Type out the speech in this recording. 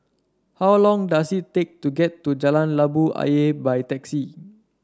how long does it take to get to Jalan Labu Ayer by taxi